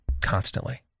constantly